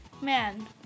man